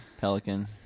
Pelican